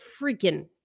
freaking